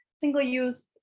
single-use